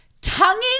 tonguing